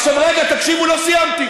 עכשיו, רגע, תקשיבו, לא סיימתי.